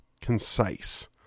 concise